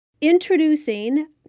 Introducing